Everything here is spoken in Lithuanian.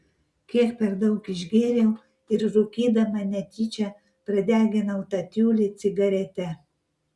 kiek per daug išgėriau ir rūkydama netyčia pradeginau tą tiulį cigarete